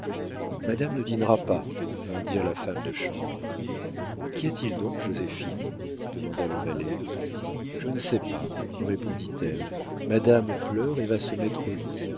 madame ne dînera pas vint dire la femme de chambre qu'y a-t-il donc joséphine demanda le valet je ne sais pas répondit-elle madame pleure et va se mettre au lit